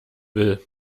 will